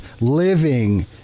living